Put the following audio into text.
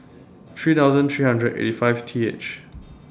three thousand three hundred and eighty five T H